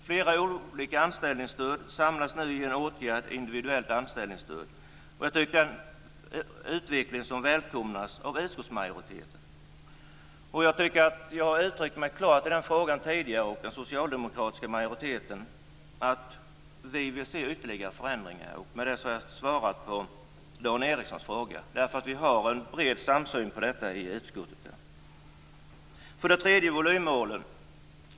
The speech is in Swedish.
Flera olika anställningsstöd samlas nu i en åtgärd - individuellt anställningsstöd. Det är en utveckling som välkomnas av utskottsmajoriteten. Jag tycker att jag uttryckte mig klart i den frågan tidigare, att vi i den socialdemokratiska majoriteten vill se ytterligare förändringar. Med det har jag svarat på Dan Ericssons fråga. Vi har en bred samsyn om detta i utskottet. För det tredje volymmålet.